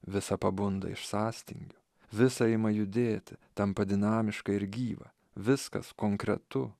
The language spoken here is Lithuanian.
visa pabunda iš sąstingio visa ima judėti tampa dinamiška ir gyva viskas konkretu